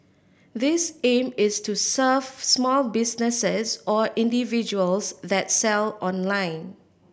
this aim is to serve small businesses or individuals that sell online